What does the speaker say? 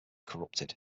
corrupted